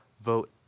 vote